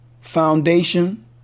foundation